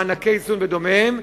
מענקי איזון ודומיהם,